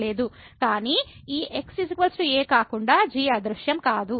కానీ ఈ x a కాకుండా g అదృశ్యం కాదు